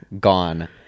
gone